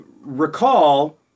recall